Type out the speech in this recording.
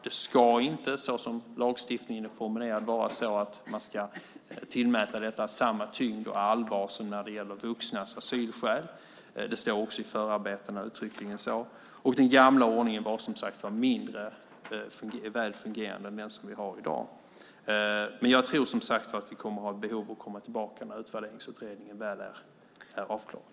Det ska inte, så som lagstiftningen är formulerad, vara så att man ska tillmäta detta samma tyngd och allvar som när det gäller vuxnas asylskäl. Det står också i förarbetena uttryckligen så. Den gamla ordningen var, som sagt var, mindre väl fungerande än den som vi har i dag. Men jag tror, som sagt var, att vi kommer att ha ett behov av att komma tillbaka när Utvärderingsutredningen väl är avklarad.